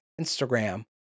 instagram